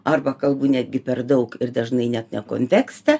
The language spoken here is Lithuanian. arba kalbu netgi per daug ir dažnai ne kontekste